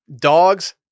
Dogs